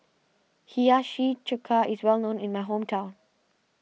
Hiyashi Chuka is well known in my hometown